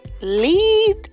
lead